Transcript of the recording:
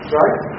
right